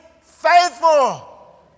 faithful